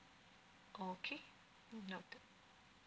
okay noted